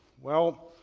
well,